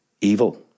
evil